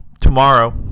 tomorrow